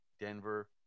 Denver